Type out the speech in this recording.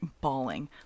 bawling